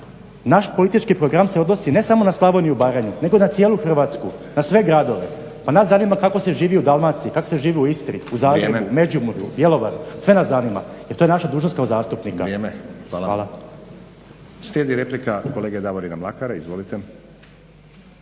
Naš politički program se odnosi ne samo na Slavoniju i Baranju nego na cijelu Hrvatsku, na sve gradove. Pa nas zanima kako se živi u Dalmaciji, kako se živi u Istri, Zagrebu, Međimurju, Bjelovaru, sve nas zanima jer to je naša dužnost kao zastupnika …